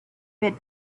bit